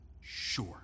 sure